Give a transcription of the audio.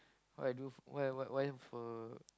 what I do why why why for